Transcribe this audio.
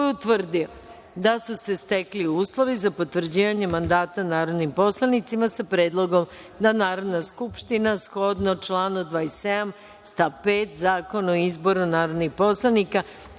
koji je utvrdio da su se stekli uslovi za potvrđivanje mandata narodnim poslanicima sa predlogom da Narodna skupština shodno članu 27. stav 5. Zakon o izboru narodnih poslanika,